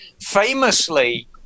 famously